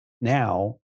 now